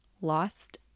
Lost